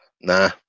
nah